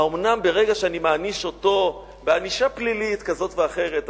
האומנם ברגע שאני מעניש אותו ענישה פלילית כזאת ואחרת,